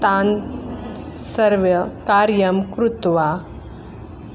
तान् सर्वं कार्यं कृत्वा